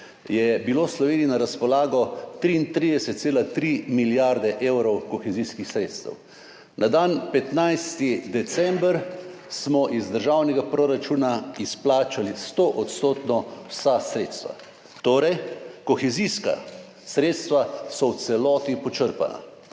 v Sloveniji na razpolago 33,3 milijarde evrov kohezijskih sredstev. Na dan 15. december smo iz državnega proračuna izplačali 100 %, vsa sredstva, torej kohezijska sredstva so v celoti počrpana.